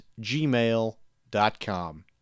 gmail.com